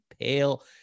pale